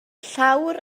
llawr